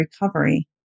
recovery